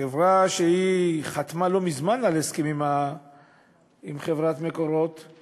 חברה שחתמה לא מזמן על הסכם עם חברת "מקורות";